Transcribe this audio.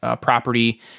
property